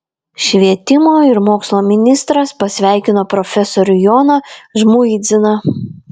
švietimo ir mokslo ministras pasveikino profesorių joną žmuidziną